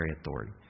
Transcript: authority